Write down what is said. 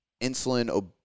insulin